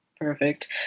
perfect